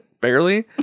Barely